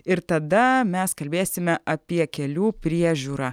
ir tada mes kalbėsime apie kelių priežiūrą